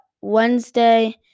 Wednesday